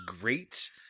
great